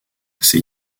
c’est